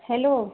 hello